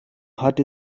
hat